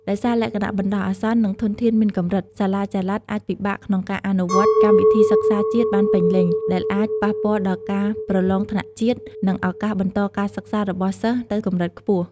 ដោយសារលក្ខណៈបណ្ដោះអាសន្ន និងធនធានមានកម្រិត សាលាចល័តអាចពិបាកក្នុងការអនុវត្តកម្មវិធីសិក្សាជាតិបានពេញលេញ ដែលអាចប៉ះពាល់ដល់ការប្រឡងថ្នាក់ជាតិ និងឱកាសបន្តការសិក្សារបស់សិស្សទៅកម្រិតខ្ពស់។